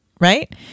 right